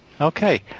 Okay